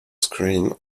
screen